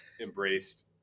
embraced